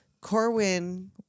Corwin